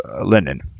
linen